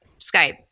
Skype